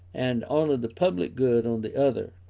and only the public good on the other,